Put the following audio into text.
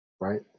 Right